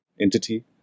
entity